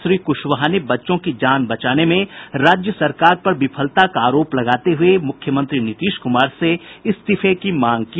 श्री कुशवाहा ने बच्चों की जान बचाने में राज्य सरकार पर विफलता का आरोप लगाते हुए मुख्यमंत्री नीतीश कुमार से इस्तीफे की मांग की